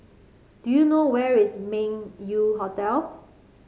do you know where is Meng Yew Hotel